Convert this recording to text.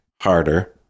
harder